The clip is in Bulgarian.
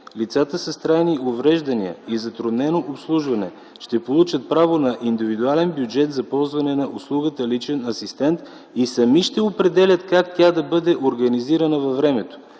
Лицата с трайни увреждания и затруднено обслужване ще получат право на индивидуален бюджет за ползване на услугата „Личен асистент” и сами ще определят как тя да бъде организирана във времето.